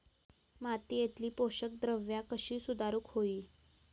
मातीयेतली पोषकद्रव्या कशी सुधारुक होई?